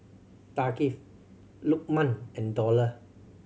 Thaqif Lukman and Dollah